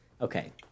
okay